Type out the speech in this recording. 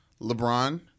LeBron